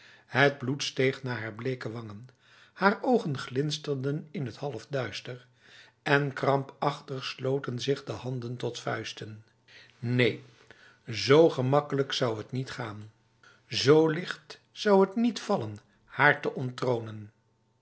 het bloed steeg naar haar bleke wangen haar ogen glinsterden in t halfduister en krampachtig sloten zich de handen tot vuisten neen z gemakkelijk zou het niet gaan zo licht zou het niet vallen haar te onttronen